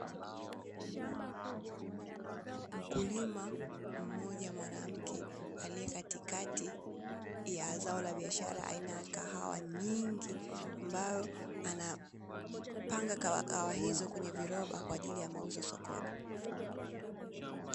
Mkulima mmoja mwanamke aliye katikati ya zao la biashara aina ya kahawa nyingi ambayo anapanga kahawa hizo kwenye viroba kwa ajili ya mauzo sokoni.